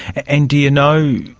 and do you know,